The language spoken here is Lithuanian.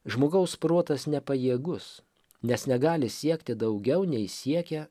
žmogaus protas nepajėgus nes negali siekti daugiau nei siekia